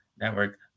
Network